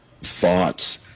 thoughts